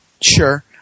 sure